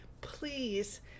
Please